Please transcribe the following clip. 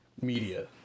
media